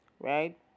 right